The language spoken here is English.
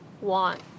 want